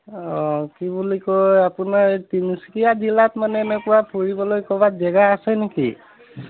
অ কি বুলি কয় আপোনাৰ তিনিচুকীয়া জিলাত মানে এনেকুৱা ফুৰিবলৈ ক'ৰবাত জেগা আছে নেকি